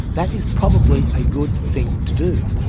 that is probably a good thing to do.